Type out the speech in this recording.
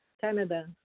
Canada